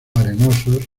arenosos